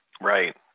Right